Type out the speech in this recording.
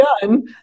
done